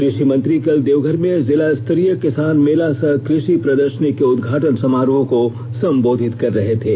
कृषिमंत्री कल देवघर में जिला स्तरीय किसान मेला सह कृषि प्रदर्शनी के उदघाटन समारोह को संबोधित कर रहे थे